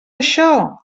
això